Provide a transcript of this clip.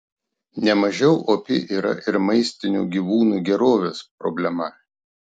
nemažiau opi yra ir maistinių gyvūnų gerovės problema